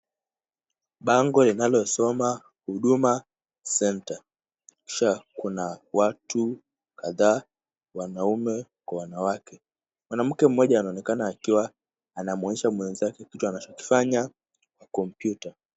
Bango linalosoma huduma center kisha kuna watu kadhaa wanaume kwa wanawake .Mwanamke mmoja anaonekana akiwa anamwonyesha mwenzake kitu anachokifanya kwa kompyuta.